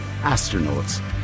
astronauts